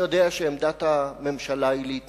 אני יודע שעמדת הממשלה היא להתנגד.